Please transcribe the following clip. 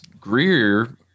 Greer